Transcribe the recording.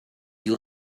you